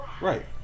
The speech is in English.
right